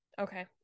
Okay